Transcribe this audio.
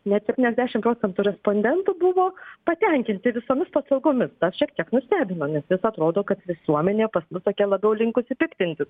net septyniasdešim procentų respondentų buvo patenkinti visomis paslaugomis tas šiek tiek nustebino nes vis atrodo kad visuomenė pas mus tokia labiau linkusi piktintis